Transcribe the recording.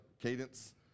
cadence